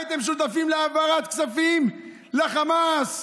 הייתם שותפים להעברת כספים לחמאס,